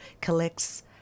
collects